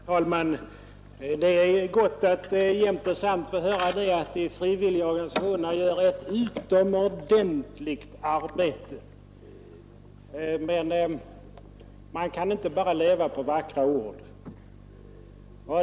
Herr talman! Det är gott att jämt och samt få höra att de frivilliga organisationerna gör ett utomordentligt arbete, men man kan inte bara leva på vackra ord.